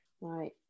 Right